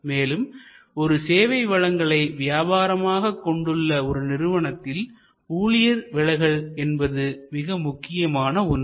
மேலும் ஒரு சேவை வழங்கலை வியாபாரமாக கொண்டுள்ள ஒரு நிறுவனத்தில் ஊழியர் விலகல் என்பது மிக முக்கியமான ஒன்று